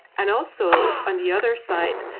and also on the other side,